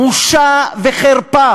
בושה וחרפה